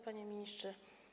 Panie Ministrze!